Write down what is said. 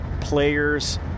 players